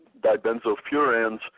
dibenzofurans